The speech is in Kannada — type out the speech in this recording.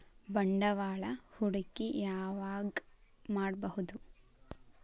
ಬಂಡವಾಳ ಹೂಡಕಿ ಯಾವಾಗ್ ಮಾಡ್ಬಹುದು?